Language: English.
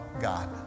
God